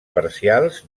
parcials